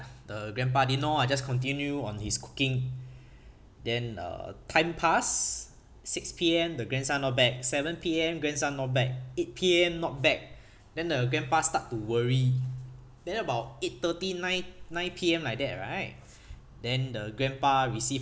the grandpa didn't know ah just continue on his cooking then uh time pass six P_M the grandson not back seven P_M grandson not back eight P_M not back then the grandpa start to worry then about eight thirty nine nine P_M like that right then the grandpa receive